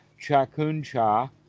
chakuncha